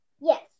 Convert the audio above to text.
Yes